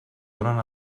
donen